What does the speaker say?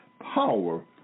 power